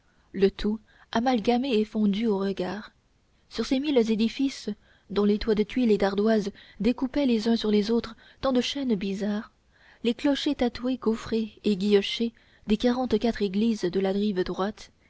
le tout amalgamé et fondu au regard sur ces mille édifices dont les toits de tuiles et d'ardoises découpaient les uns sur les autres tant de chaînes bizarres les clochers tatoués gaufrés et guillochés des quarante-quatre églises de la rive droite